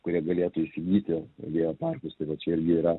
kurie galėtų įsigyti vėjo parkus tai va čia irgi yra